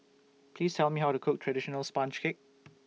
Please Tell Me How to Cook Traditional Sponge Cake